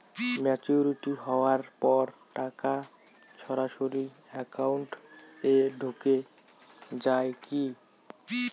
Maturity হওয়ার পর টাকা সরাসরি একাউন্ট এ ঢুকে য়ায় কি?